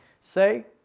say